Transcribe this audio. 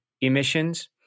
emissions